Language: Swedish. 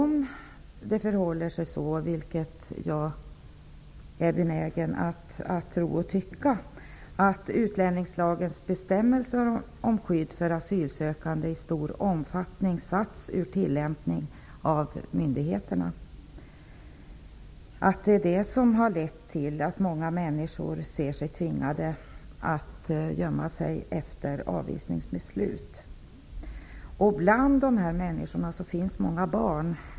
Om det förhåller sig så -- vilket jag är benägen att tro -- att utlänningslagens bestämmelser om skydd för asylsökande i stor omfattning inte tillämpas av myndigheterna, kan detta vara det som har lett till att många människor ser sig tvingade att gömma sig efter avvisningsbeslut. Bland dessa människor finns många barn.